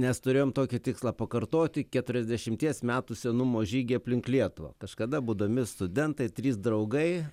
nes turėjom tokį tikslą pakartoti keturiasdešimties metų senumo žygį aplink lietuvą kažkada būdami studentai trys draugai